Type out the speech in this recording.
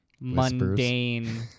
mundane